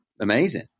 amazing